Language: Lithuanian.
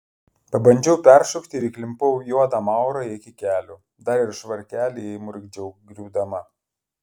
pabandžiau peršokti ir įklimpau į juodą maurą iki kelių dar ir švarkelį įmurkdžiau griūdama